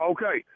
Okay